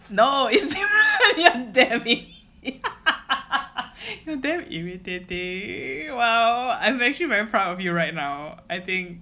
no it's not damn it you actually very irritating !wow! I'm actually very proud of your right now I think